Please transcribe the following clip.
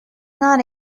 not